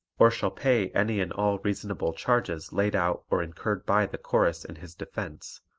or shall pay any and all reasonable charges laid out or incurred by the chorus in his defense,